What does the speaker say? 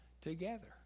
together